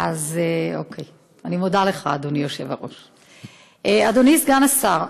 אז אני מודה לך, אדוני היושב-ראש, אדוני סגן השר,